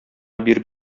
биреп